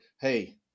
Hey